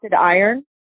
iron